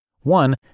One